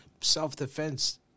self-defense